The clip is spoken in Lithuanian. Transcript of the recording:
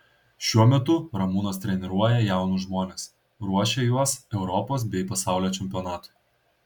šiuo metu ramūnas treniruoja jaunus žmones ruošia juos europos bei pasaulio čempionatui